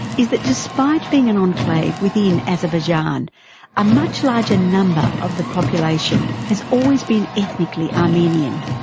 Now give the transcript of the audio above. is that despite being an enclave within azerbaijan a much larger number of the population has always been ethnically armenian,